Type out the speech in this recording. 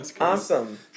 awesome